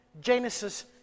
Genesis